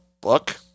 book